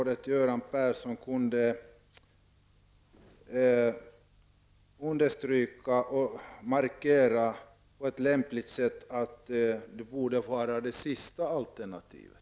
Jag tycker att det vore värdefullt om statsrådet Göran Persson på ett lämpligt sätt kunde markera att det borde vara det sista alternativet.